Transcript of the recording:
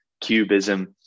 Cubism